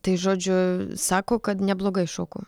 tai žodžiu sako kad neblogai šoku